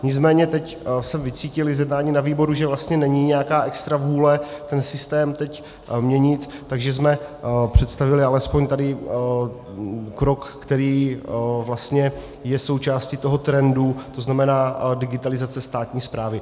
Nicméně teď jsem vycítil i z jednání na výboru, že vlastně není nějaká extra vůle ten systém teď měnit, takže jsme představili alespoň tady krok, který vlastně je součástí toho trendu, to znamená digitalizace státní správy.